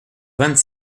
vingt